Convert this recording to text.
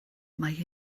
mae